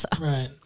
Right